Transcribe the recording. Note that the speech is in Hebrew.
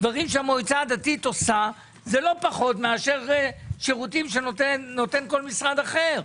דברים שהמועצה הדתית עושה זה לא פחות מאשר שירותים שנותן כל משרד אחר.